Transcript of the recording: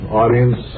audience